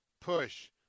push